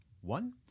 one